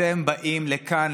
אתם באים לכאן,